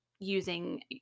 using